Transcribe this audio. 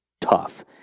tough